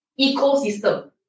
ecosystem